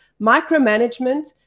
Micromanagement